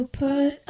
put